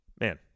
man